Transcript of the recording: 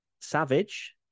savage